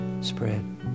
spread